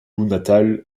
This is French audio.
natal